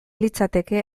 litzateke